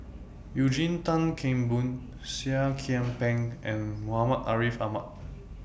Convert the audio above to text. Eugene Tan Kheng Boon Seah Kian Peng and Muhammad Ariff Ahmad